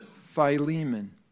Philemon